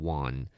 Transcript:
one